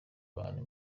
abantu